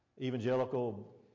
evangelical